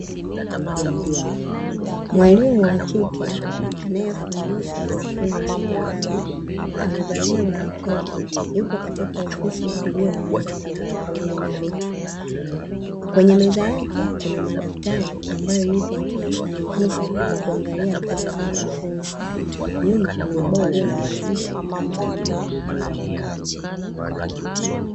Mwalimu wa kike, anayefundisha wanafunzi wa sekondari, amevalia barakoa, yupo katika ofisi iliyo na meza kadhaa pamoja na viti, kwenye meza yake kuna madaftari ambayo yupo akiyasahihisha kwa kuangalia kazi za wanafunzi, nyuma kuna ubao ulio na maandishi kadhaa.